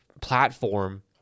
platform